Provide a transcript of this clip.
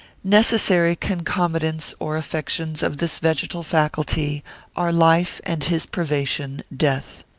necessary concomitants or affections of this vegetal faculty are life and his privation, death.